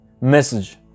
message